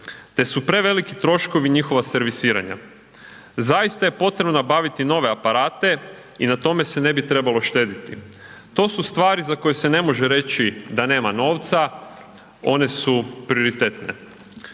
te su preveliki troškovi njihova servisiranja, zaista je potrebno nabaviti nove aparate i na tome se ne bi trebalo štediti, to su stvari za koje se ne može reći da nema novca, one su prioritetne.